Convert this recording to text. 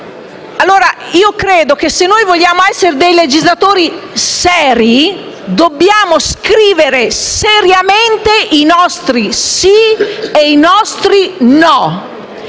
possa interpretarlo. Se noi vogliamo essere dei legislatori seri, dobbiamo scrivere seriamente i nostri sì e i nostri no.